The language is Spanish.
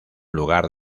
lugar